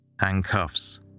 handcuffs